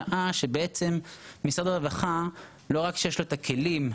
לא רק שיש לו את הכלים בשטח כדי לתפעל את הדברים,